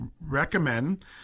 recommend